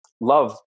love